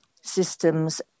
systems